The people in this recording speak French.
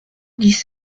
dix